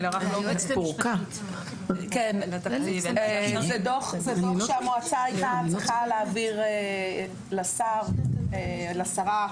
זה דוח שהמועצה הייתה צריכה להעביר לשרה.